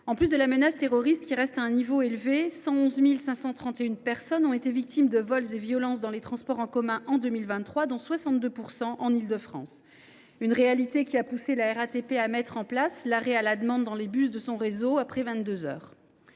En sus de la menace terroriste, qui reste à un niveau élevé, 111 531 personnes ont été victimes de vols et violences dans les transports en commun en 2023, dont 62 % en Île de France. Une réalité qui a poussé la RATP à mettre en place l’arrêt à la demande dans les bus de son réseau, après vingt deux